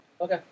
Okay